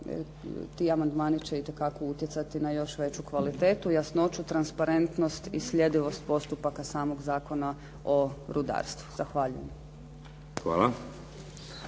ti amandmani će itekako utjecati na još veću kvalitetu, jasnoću, transparentnost i sljedivost postupaka samog Zakona o rudarstvu. Zahvaljujem.